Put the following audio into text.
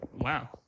Wow